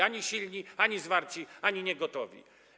Ani silni, ani zwarci, ani gotowi.